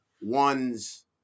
one's